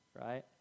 right